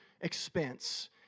expense